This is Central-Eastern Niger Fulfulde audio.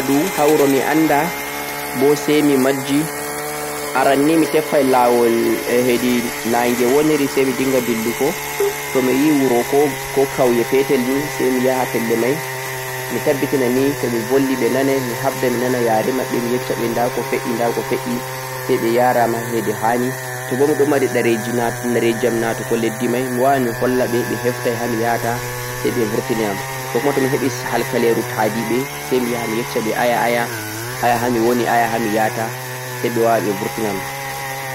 Tomiɗon waɗa yadu ha wuro mi'anda bo sai mi majji, aran nii mitefan lawol heedi naage woniri sai mi dinga dilluko tomiyi wuro ko kauye petelni sai miyaha pelle mai mi tabbitina nii to mi volwi ɓe nanai sai mi yesh-shaɓe nda ko fed'e sai ɓe yara'am hedi hani tobo miɗon mari ɗareji'am je natugo leddi mai miwawan mi hollaɓe ɓe heftai hamiyata sai ɓe vurtina'am kokuma to mihebi halkaleru tadiɓe sai miyaha mi yesh-shaɓe aya-aya, aya hamiwoni, aya ha miyata saiɓe vurtina'am